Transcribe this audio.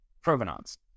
provenance